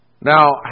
Now